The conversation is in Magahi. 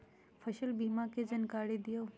फसल बीमा के जानकारी दिअऊ?